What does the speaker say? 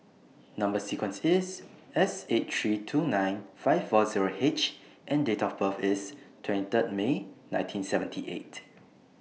Number sequence IS S eight three two nine five four Zero H and Date of birth IS twenty Third May nineteen seventy eight